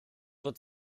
wird